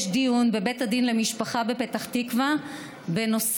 יש דיון בבית הדין למשפחה בפתח תקווה בנושא